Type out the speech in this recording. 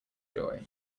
joy